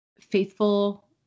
faithful